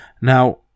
Now